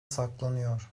saklanıyor